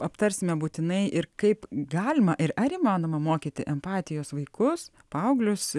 aptarsime būtinai ir kaip galima ir ar įmanoma mokyti empatijos vaikus paauglius